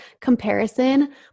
comparison